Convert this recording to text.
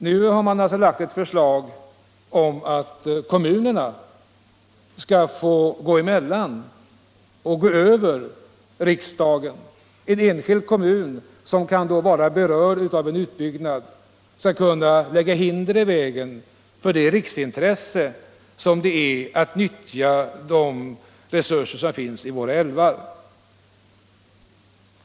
Nu föreligger ett förslag om att kommunernas beslut skall få ta över riksdagens, dvs. att en enskild kommun som kan vara berörd av en utbyggnad skulle kunna lägga hinder i vägen för det riksintresse som det är att nyttja de resurser som finns i våra älvar.